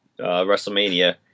WrestleMania